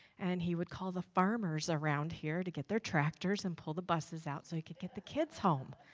and he would call the farmers around here to get their tractors and pull the buses out so he could get the kids home